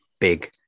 big